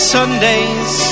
Sundays